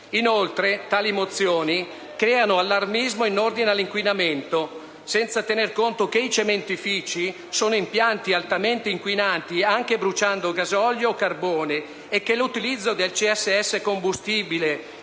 Inoltre, tali mozioni creano allarmismo in ordine all'inquinamento, senza tenere conto che i cementifìci sono impianti altamente inquinanti anche se bruciano gasolio o carbone e che l'utilizzo di combustibile